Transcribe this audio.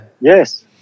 Yes